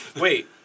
Wait